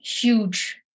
huge